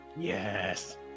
Yes